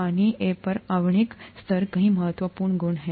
पानी ए पर आणविक स्तर कई महत्वपूर्ण गुण हैं